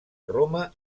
roma